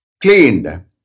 cleaned